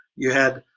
you had,